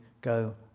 go